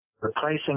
replacing